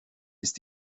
ist